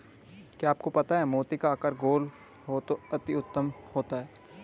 क्या आपको पता है मोती का आकार गोल हो तो अति उत्तम होता है